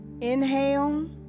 Inhale